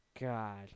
God